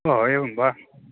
ओ एवं वा